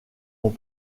ont